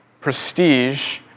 prestige